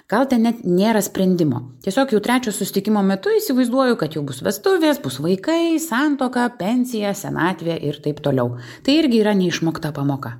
gal ten net nėra sprendimo tiesiog jau trečio susitikimo metu įsivaizduoju kad jau bus vestuvės bus vaikai santuoka pensija senatvė ir taip toliau tai irgi yra neišmokta pamoka